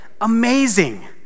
Amazing